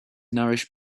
nourished